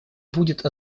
будет